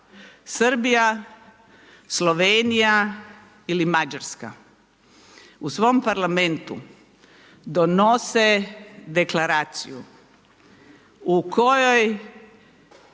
Srbija, Slovenija ili Mađarska u svom parlamentu donose deklaraciju u kojoj